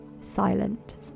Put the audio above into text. silent